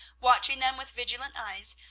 watching them with vigilant eyes,